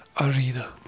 arena